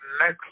next